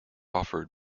offered